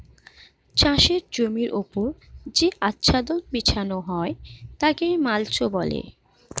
চাষের জমির ওপর যে আচ্ছাদন বিছানো হয় তাকে মাল্চ বলে